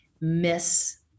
miss